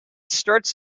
starts